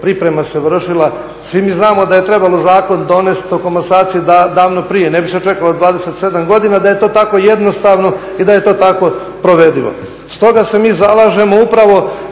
priprema se vršila. Svi mi znamo da je trebalo zakon donest o komasaciji davno prije, ne bi se čekalo 27 godina da je to tako jednostavno i da je to tako provedivo. Stoga se mi zalažemo upravo